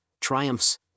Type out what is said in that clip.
triumphs